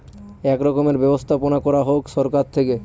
এক রকমের ব্যবস্থাপনা করা হোক সরকার থেকে